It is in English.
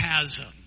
chasm